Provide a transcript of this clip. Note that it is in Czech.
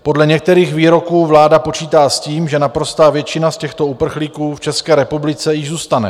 Podle některých výroků vláda počítá s tím, že naprostá většina z těchto uprchlíků v České republice již zůstane.